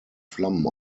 flammen